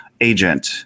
agent